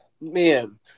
man